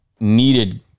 Needed